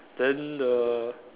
then the